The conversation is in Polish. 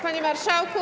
Panie Marszałku!